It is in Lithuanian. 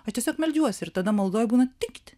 aš tiesiog meldžiuosi ir tada maldoj būna tikt